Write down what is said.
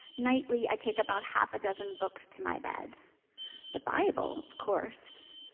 nightly, i take about half a dozen books to my bed the bible of course,